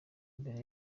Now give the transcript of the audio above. mbere